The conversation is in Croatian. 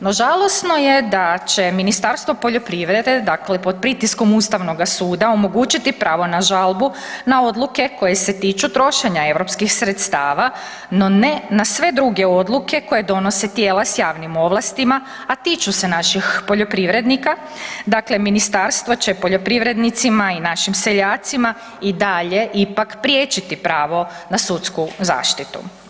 No žalosno je da će Ministarstvo poljoprivrede, dakle pod pritiskom Ustavnoga suda omogućiti pravo na žalbu na odluke koje se tiču trošenja EU sredstava, no ne na sve druge odluke koje donose tijela s javnim ovlastima, a tiču se naših poljoprivrednika, dakle Ministarstvo će poljoprivrednicima i našim seljacima i dalje ipak priječiti pravo na sudsku zaštitu.